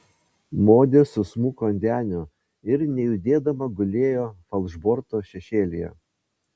modė susmuko ant denio ir nejudėdama gulėjo falšborto šešėlyje